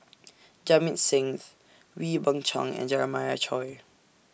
Jamit Sings Wee Beng Chong and Jeremiah Choy